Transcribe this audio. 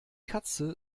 katze